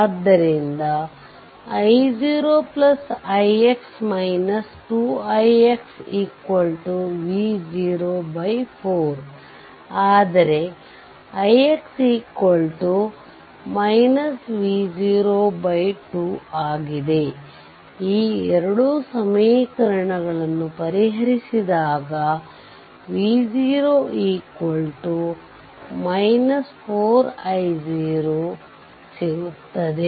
ಆದ್ದರಿಂದ i0 ix 2 ix V0 4 ಆದರೆ ix V0 2 ಆಗಿದೆ ಈ ಎರಡು ಸಮೀಕರಣಗಳನ್ನು ಪರಿಹರಿಸಿದಾಗ V0 4i0 ಸಿಗುತ್ತದೆ